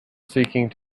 seeking